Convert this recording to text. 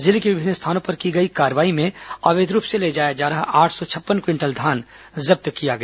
जिले के विभिन्न स्थानों पर की गई कार्रवाई में अवैध रूप से ले जाया जा रहा आठ सौ छप्पन क्विंटल धान जब्त किया गया